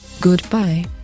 goodbye